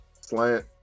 slant